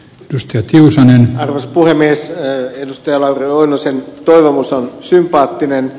jos työ kiusanneen puhemies eun lauri oinosen toivomus on sympaattinen